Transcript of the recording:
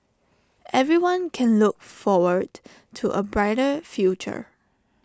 everyone can look forward to A brighter future